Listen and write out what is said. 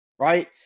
right